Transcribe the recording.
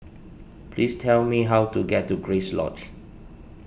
please tell me how to get to Grace Lodge